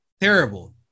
Terrible